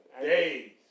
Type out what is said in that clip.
Days